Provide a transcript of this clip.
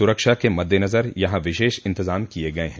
सुरक्षा के मद्देनजर यहां विशेष इंतजाम किये गये हैं